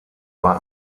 bei